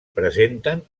presenten